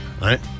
right